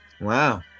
wow